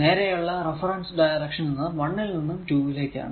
നേരെയുള്ള reference direction എന്നത് 1 ൽ നിന്നും 2 ലേക്കാണ്